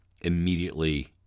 immediately